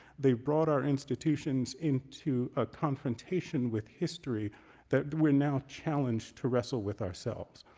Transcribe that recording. they've brought our institutions into a confrontation with history that we're now challenged to wrestle with ourselves.